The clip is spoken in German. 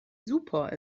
super